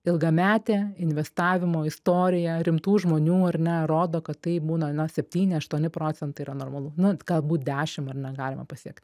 ilgametė investavimo istorija rimtų žmonių ar ne rodo kad tai būna na septyni aštuoni procentai yra normalu nu galbūt dešim ar ne galima pasiekti